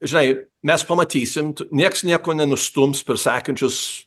žnai mes pamatysim niekas nieko nenustums per sekančius